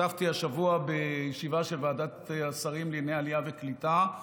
השתתפתי השבוע בישיבה של ועדת השרים לענייני עלייה וקליטה.